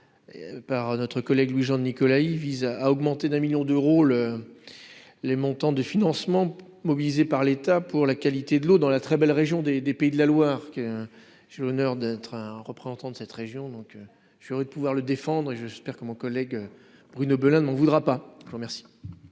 par notre collègue Louis-Jean de Nicolaï, vise à augmenter d'un 1000000 d'euros, le les montants des financements mobilisés par l'État pour la qualité de l'eau dans la très belle région des des pays de la Loire, que j'ai l'honneur d'être un représentant de cette région, donc je dirais de pouvoir le défendre et j'espère que mon collègue Bruno Belin dont on voudra pas, je vous remercie.